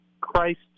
christ